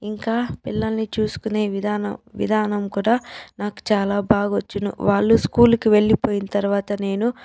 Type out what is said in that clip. ఇంకా పిల్లల్ని చూసుకునే విధానం విధానం కూడా నాకు చాలా బాగా వచ్చును వాళ్ళు స్కూలు కి వెళ్ళిపోయిన తర్వాత నేను